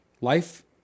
life